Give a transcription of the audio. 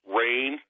rain